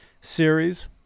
series